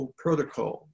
protocol